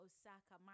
Osaka